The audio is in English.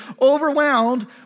overwhelmed